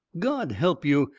god help you!